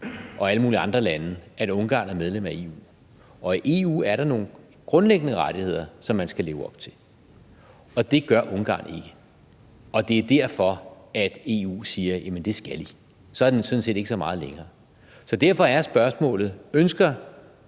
og alle mulige andre lande, at Ungarn er medlem af EU. Og i EU er der nogle grundlæggende rettigheder, som man skal leve op til, og det gør Ungarn ikke. Det er derfor, at EU siger, at jamen det skal de. Så er den sådan set ikke så meget længere. Derfor er spørgsmålet: Ønsker